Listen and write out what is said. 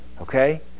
Okay